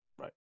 Right